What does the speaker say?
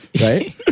right